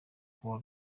kuwa